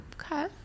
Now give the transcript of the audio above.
Okay